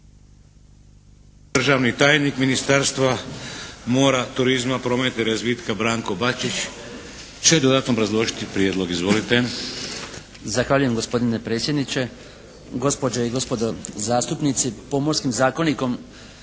Državni tajnik Ministarstva mora, turizma, prometa i razvitka Branko Bačić će dodatno obrazložiti prijedlog. Izvolite. **Bačić, Branko (HDZ)** Zahvaljujem gospodine predsjedniče, gospođe i gospodo zastupnici. Pomorskim zakonikom